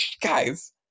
guys